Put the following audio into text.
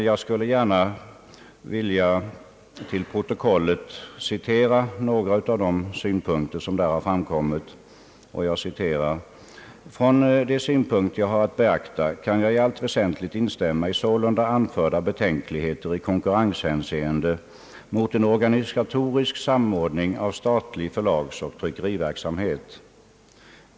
Jag skulle gärna vilja till protokollet anteckna några av de synpunkter som han anfört: »Från de synpunkter jag har att beakta kan jag i allt väsentligt instämma i sålunda anförda betänkligheter i konkurrenshänseende mot en organisatorisk samordning av statlig förlagsoch tryckeriverksamhet.